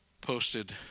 posted